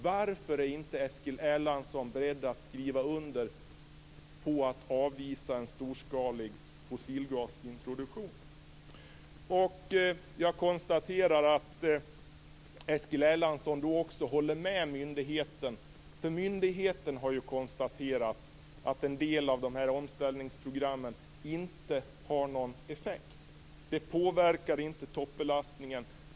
Varför är inte Eskil Erlandsson beredd att skriva under på att avvisa en storskalig fossilgasintroduktion? Jag konstaterar att Eskil Erlandsson också håller med myndigheten. Myndigheten har ju konstaterat att en del av omställningsprogrammen inte har någon effekt. De påverkar inte toppbelastningen.